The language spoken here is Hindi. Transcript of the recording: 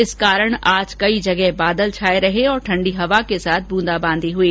इस कारण आज कई जगह बादल छाये रहे और ठंडी हवा के साथ बूंदाबांदी हुई